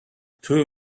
two